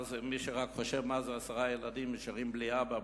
מי שרק חושב מה זה עשרה ילדים שנשארים בלי אבא,